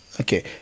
Okay